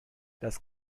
das